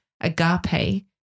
agape